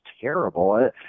terrible